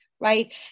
right